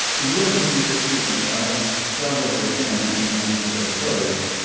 in lieu of looking at this sequence, i want to start over again, even as i move toward a close,